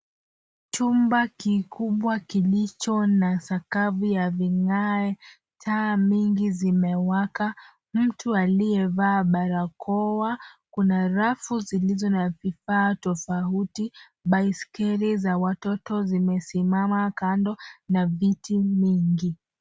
Chumba kikubwa kilicho na sakafu ya vigae. Taa mingi zimewaka. Mtu aliyevaa barakoa. Kuna rafu zilizo na vifaa tofauti. Baiskeli za watoto zimesimama kando na viti mingi.